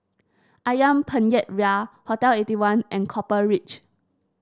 ayam Penyet Ria Hotel Eighty one and Copper Ridge